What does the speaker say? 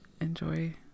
enjoy